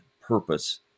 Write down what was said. purpose